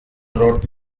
wrote